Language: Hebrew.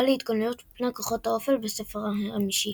להתגוננות מפני כוחות האופל בספר החמישי.